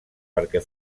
perquè